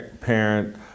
parent